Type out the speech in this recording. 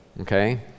okay